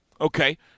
Okay